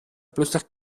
plötzlich